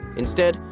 instead,